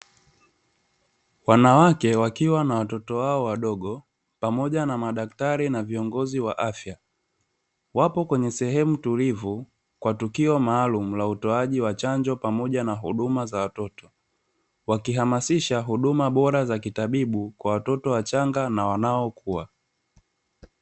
Wanawake wakiwa na watoto wao wadogo pamoja na madaktari na viongozi wa afya, wapo, kwenye sehemu tulivu kwa tukio maalumu la utoaji wa chanjo pamoja na huduma za watoto wakihamasisha huduma bora za kitabibu kwa watoto wachanga na wanaokua.